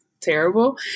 terrible